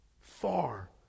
far